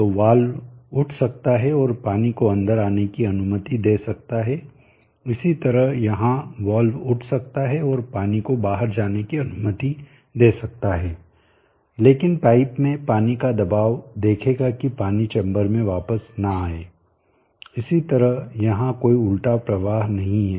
तो वाल्व उठ सकता है और पानी को अंदर आने की अनुमति दे सकता है इसी तरह यहाँ वाल्व उठ सकता है और पानी को बाहर जाने की अनुमति दे सकता है लेकिन पाइप में पानी का दबाव देखेगा कि पानी चैम्बर में वापस ना आये इसी तरह यहाँ कोई उल्टा प्रवाह नहीं है